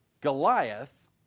Goliath